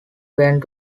went